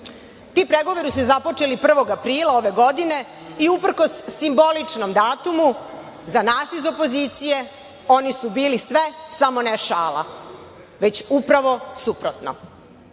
Ti pregovori su započeli 1. aprila ove godine i uprkos simboličnom datumu, za nas iz opozicije, oni su bili sve samo ne šala, već upravo suprotno. Jasno